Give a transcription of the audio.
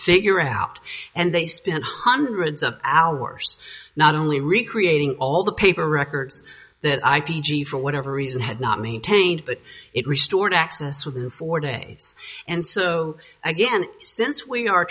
figure out and they spent hundreds of hours not only recreating all the paper records that i p g for whatever reason had not maintained but it restored access within four days and so again since we are